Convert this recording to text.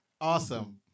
Awesome